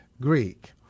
Greek